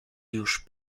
już